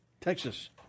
Texas